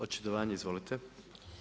Očitovanje izvolite.